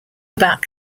about